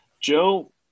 Joe